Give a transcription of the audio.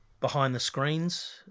behind-the-screens